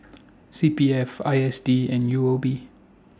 C P F I S D and U O B